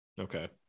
Okay